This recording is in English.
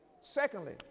Secondly